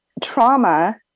trauma